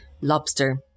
lobster